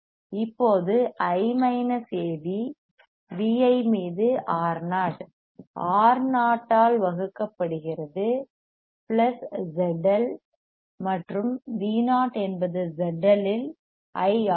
இப்போது I minus AV VI மீது Ro Ro ஆல் வகுக்கப்படுகிறது பிளஸ் ZL மற்றும் Vo என்பது ZL இல் I ஆகும்